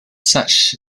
such